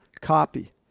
copy